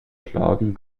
klagen